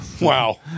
Wow